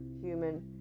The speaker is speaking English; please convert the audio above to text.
human